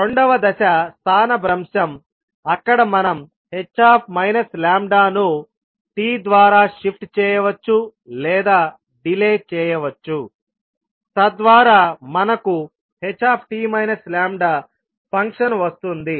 రెండవ దశ స్థానభ్రంశం అక్కడ మనం h ను t ద్వారా షిఫ్ట్ చేయవచ్చు లేదా డిలే చేయవచ్చు తద్వారా మనకు ht λ ఫంక్షన్ వస్తుంది